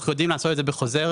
אנחנו יודעים לעשות את זה בחוזר.